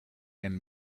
and